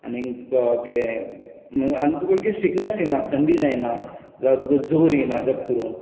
आनीक तुका कितें आनीक तुका कितें सिकनस येनात थंडी जायना जावं तुका जोर येनात जप्प करून